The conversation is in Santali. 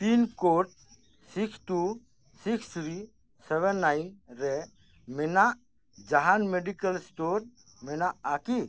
pin code six two six three seven nine ᱨᱮ ᱢᱮᱱᱟᱜ ᱡᱟᱦᱟᱱ ᱢᱮᱰᱤᱠᱮᱞ ᱥᱴᱳᱨ ᱢᱮᱱᱟᱜᱼᱟ ᱠᱤ